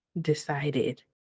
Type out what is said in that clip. decided